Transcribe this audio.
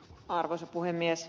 arvoisa puhemies